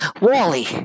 Wally